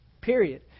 Period